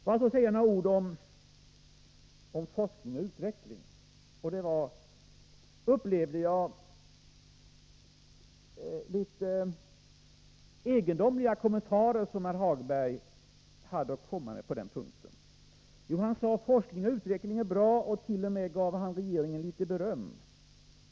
Får jag så säga några ord om forskning och utveckling. Det var litet egendomliga kommentarer som herr Hagberg hade att komma med på den punkten, upplevde jag. Han sade att forskning och utveckling är bra och gav t.o.m. regeringen litet beröm.